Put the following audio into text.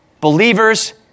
Believers